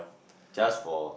just for